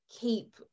keep